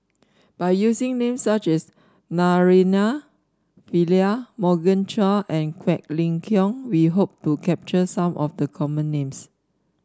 by using names such as Naraina Pillai Morgan Chua and Quek Ling Kiong we hope to capture some of the common names